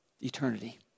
Eternity